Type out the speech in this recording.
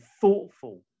thoughtful